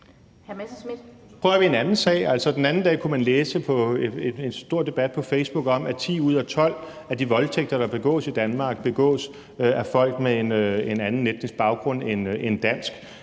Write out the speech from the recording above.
Den anden dag kunne man læse en stor debat på Facebook om, at 10 ud af 12 af de voldtægter, der begås i Danmark, begås af folk med en anden etnisk baggrund end dansk.